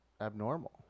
abnormal